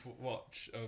watch